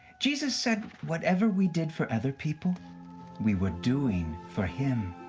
jesus said whatever we did for other people we were doing for him.